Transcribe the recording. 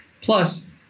Plus